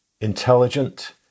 intelligent